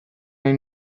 nahi